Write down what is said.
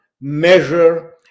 measure